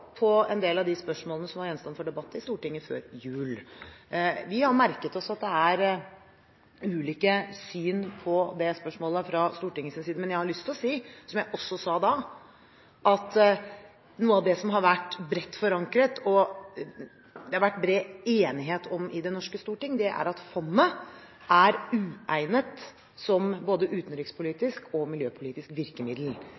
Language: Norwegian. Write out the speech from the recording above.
på en del av de spørsmålene som var gjenstand for debatt i Stortinget før jul. Vi har merket oss at det er ulike syn på dette spørsmålet fra Stortingets side, men jeg har lyst til å si, som jeg også sa da, at noe av det som har vært bredt forankret, og som det har vært bred enighet om i Det norske storting, er at det fondet er uegnet som både